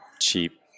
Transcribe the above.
cheap